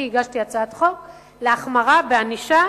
אני הגשתי הצעת חוק להחמרה בענישה